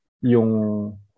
yung